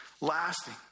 lasting